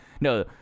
no